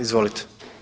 Izvolite.